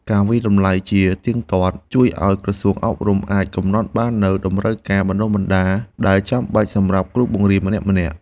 ការវាយតម្លៃជាទៀងទាត់ជួយឱ្យក្រសួងអប់រំអាចកំណត់បាននូវតម្រូវការបណ្តុះបណ្តាលដែលចាំបាច់សម្រាប់គ្រូបង្រៀនម្នាក់ៗ។